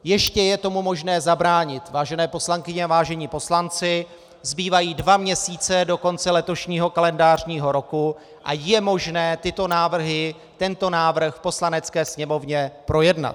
Ještě je tomu možné zabránit, vážené poslankyně a vážení poslanci, zbývají dva měsíce do konce letošního kalendářního roku a je možné tento návrh v Poslanecké sněmovně projednat.